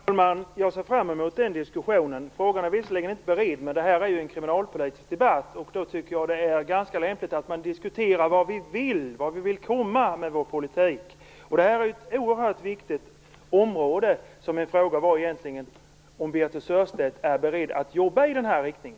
Herr talman! Jag ser fram emot den diskussionen. Frågan är visserligen inte beredd, men det här är ju en kriminalpolitisk debatt, och då tycker jag att det är ganska lämpligt att vi diskuterar vad vi vill, vart vi vill komma med vår politik. Det här är ett oerhört viktigt område, och min fråga var egentligen om Birthe Sörestedt är beredd att jobba i den här riktningen.